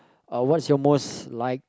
uh what's your most like